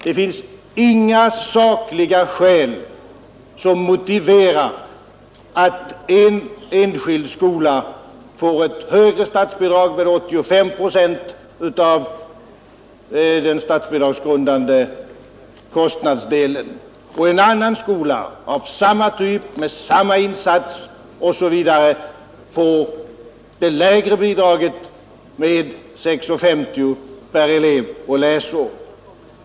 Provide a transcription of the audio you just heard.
Det finns inga sakliga skäl som motiverar att en enskild skola får ett högre statsbidrag med 85 procent av den statsbidragsgrundande kostnadsdelen och en annan skola av samma typ, med samma insats osv., får det lägre bidraget med 6:50 per elev och läsår.